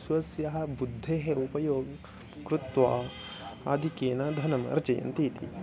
स्वस्य बुद्धेः उपयोगं कृत्वा आधिक्येन धनम् अर्जयन्ति इति